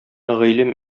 гыйлем